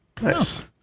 Nice